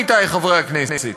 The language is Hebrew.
עמיתי חברי הכנסת,